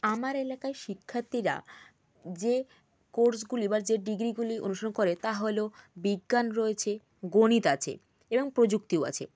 আমার এলাকায় শিক্ষার্থীরা যে কোর্সগুলি বা যে ডিগ্রিগুলি অনুসরণ করে তা হল বিজ্ঞান রয়েছে গণিত আছে এবং প্রযুক্তিও আছে